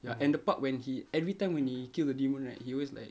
ya and the part when he everytime when he kill the demon right he always like